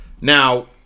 Now